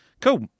Cool